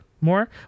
more